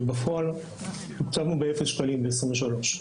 ובפועל תוקצבנו באפס שקלים ב-2023.